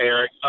Eric